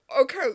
okay